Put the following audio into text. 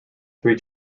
three